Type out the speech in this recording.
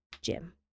Jim